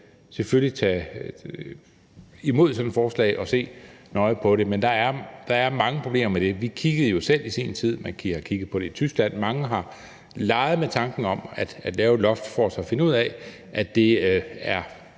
selvfølgelig tage imod sådan et forslag og se nøje på det. Men der er mange problemer med det. Vi kiggede jo selv i sin tid på det. De har kigget på det i Tyskland. Mange har leget med tanken om at lave et loft for så at finde ud af, at det er